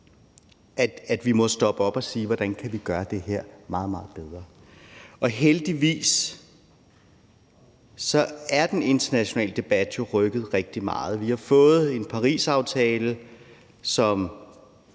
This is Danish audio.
at vi må stoppe op og spørge, hvordan vi kan gøre det her meget, meget bedre. Heldigvis er den internationale debat rykket rigtig meget. Vi har fået en Parisaftale, som